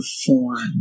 perform